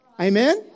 Amen